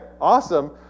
awesome